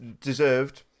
deserved